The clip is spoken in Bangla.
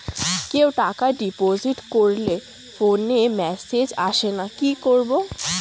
কেউ টাকা ডিপোজিট করলে ফোনে মেসেজ আসেনা কি করবো?